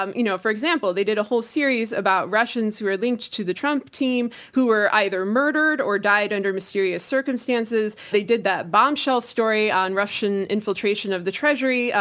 um you know, for example, they did a whole series about russians who are linked to the trump team who were either murdered or died under mysterious circumstances. they did that bombshell story on russian infiltration of the treasury,